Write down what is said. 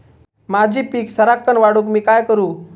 माझी पीक सराक्कन वाढूक मी काय करू?